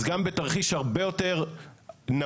אז גם בתרחיש הרבה יותר נמוך,